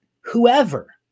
whoever